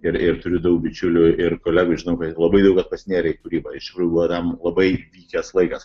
ir ir turi daug bičiulių ir kolegų žinau labai daug kas pasinėrė į kūrybą iš tikrųjų buvo tam labai vykęs laikas